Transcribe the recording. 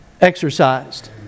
exercised